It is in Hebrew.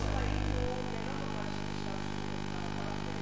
כמו שראינו, זה לא ממש נשאר שום דבר,